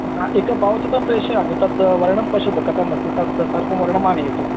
एकं भावचित्रं प्रेषयामि तद् वर्णं पश्यतु कथमस्ति तत् सर्वं वर्णम् आनयतु